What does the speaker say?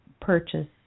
purchase